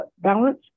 balance